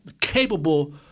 capable